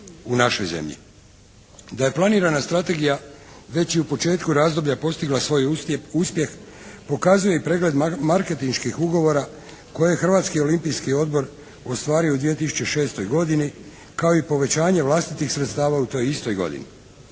Da je planirana strategija već i u početku razdoblja postigla svoj uspjeh pokazuje i pregled marketinških ugovora koje Hrvatski olimpijski odbor ostvaruje u 2006. godini kao i povećanje vlastitih sredstava u toj istoj godini.